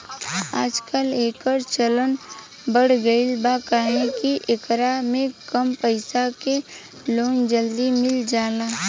आजकल, एकर चलन बढ़ गईल बा काहे कि एकरा में कम पईसा के लोन जल्दी मिल जाला